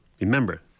Remember